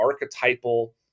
archetypal